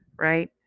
right